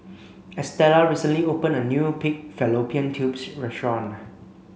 Estella recently opened a new pig fallopian tubes restaurant